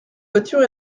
voiture